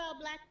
black